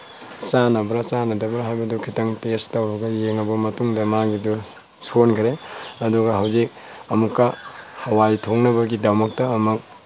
ꯆꯥꯟꯅꯕ꯭ꯔꯥ ꯆꯥꯟꯅꯗꯕ꯭ꯔꯥ ꯍꯥꯏꯕꯗꯨ ꯈꯤꯇꯪ ꯇꯦꯁꯠ ꯇꯧꯔꯒ ꯌꯦꯡꯉꯕ ꯃꯇꯨꯡꯗ ꯃꯥꯒꯤꯗꯨ ꯁꯣꯟꯈ꯭ꯔꯦ ꯑꯗꯨꯒ ꯍꯧꯖꯤꯛ ꯑꯃꯨꯛꯀ ꯍꯋꯥꯏ ꯊꯣꯡꯅꯕꯒꯤꯗꯃꯛꯇ ꯑꯃꯨꯛ